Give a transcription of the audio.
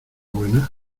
buenas